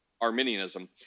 Arminianism